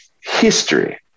history